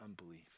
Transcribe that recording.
unbelief